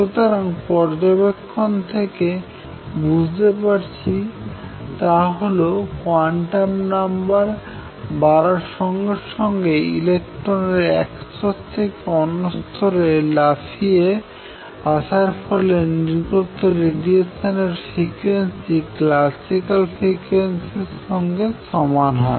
সুতরাং পর্যবেক্ষণ থেকে যা বুঝতে পারি তা হলো কোয়ান্টাম নাম্বার বাড়ার সঙ্গে সঙ্গে ইলেকট্রনের এক স্তর থেকে অন্য স্তরে লাফিয়ে আসার ফলে নির্গত রেডিয়েশনের ফ্রিকুয়েন্সি ক্লাসিক্যাল ফ্রিকুয়েন্সির সমান হয়